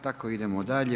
Tako idemo dalje.